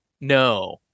No